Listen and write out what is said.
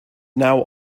now